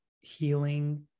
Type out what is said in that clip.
healing